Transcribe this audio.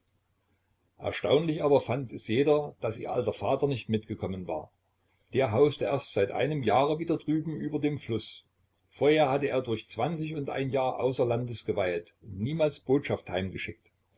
erstaunlich aber fand es jeder daß ihr alter vater nicht mitgekommen war der hauste erst seit einem jahre wieder drüben über dem fluß vorher hatte er durch zwanzig und ein jahr außer landes geweilt und niemals botschaft heimgeschickt